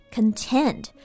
Content